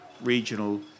regional